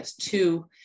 two